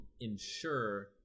ensure